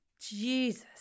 Jesus